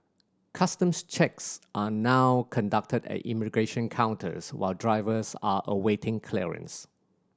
customs checks are now conducted at immigration counters while drivers are awaiting clearance